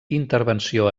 intervenció